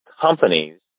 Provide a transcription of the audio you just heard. companies